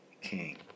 king